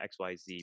XYZ